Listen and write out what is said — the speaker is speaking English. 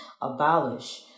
abolish